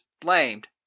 blamed